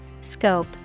Scope